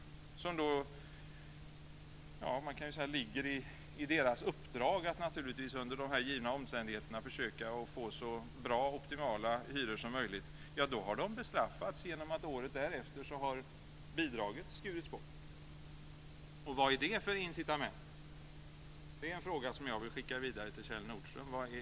Man kan naturligtvis säga att det ligger i deras uppdrag under de här givna omständigheterna att försöka få så bra och optimala hyror som möjligt. Då har de alltså bestraffats genom att bidraget året efter har skurits bort. Vad är det för incitament? Det är en fråga som jag vill skicka vidare till Kjell Nordström.